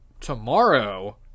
tomorrow